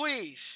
please